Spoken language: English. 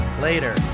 Later